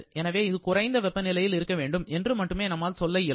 எனவே இது குறைந்த வெப்பநிலையில் இருக்க வேண்டும் என்று மட்டுமே நம்மால் சொல்ல இயலும்